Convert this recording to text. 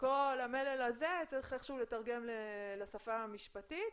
כל המלל הזה, צריך איכשהו לתרגם לשפה המשפטית.